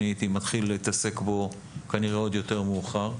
אני הייתי מתחיל להתעסק בו כנראה עוד יותר מאוחר.